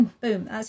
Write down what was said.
boom